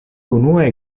unue